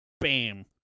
Bam